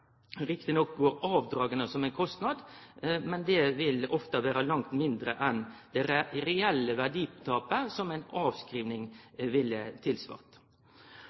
nok går avdraga som ein kostnad, men det vil ofte vere langt mindre enn det reelle verditapet som ei avskriving ville